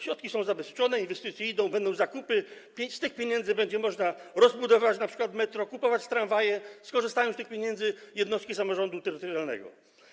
Środki są zabezpieczone, inwestycje trwają, będą zakupy, z tych pieniędzy będzie można rozbudować np. metro, kupować tramwaje, skorzystają z tych pieniędzy jednostki samorządu terytorialnego.